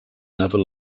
never